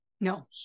No